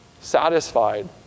satisfied